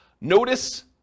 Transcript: Notice